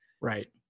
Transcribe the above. Right